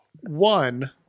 One